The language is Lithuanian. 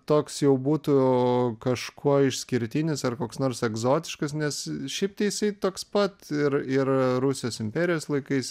toks jau būtų kažkuo išskirtinis ar koks nors egzotiškas nes šiaip tai jisai toks pat ir ir rusijos imperijos laikais